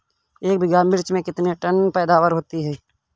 एक बीघा मिर्च में कितने टन पैदावार होती है?